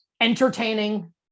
entertaining